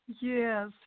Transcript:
Yes